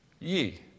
Ye